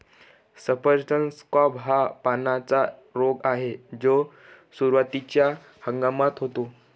सफरचंद स्कॅब हा पानांचा रोग आहे जो सुरुवातीच्या हवामानात होतो